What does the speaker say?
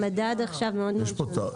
המדד עכשיו מאוד שונה.